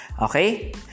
Okay